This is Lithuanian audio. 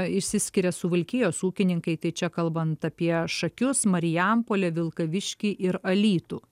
išsiskiria suvalkijos ūkininkai tai čia kalbant apie šakius marijampolę vilkaviškį ir alytų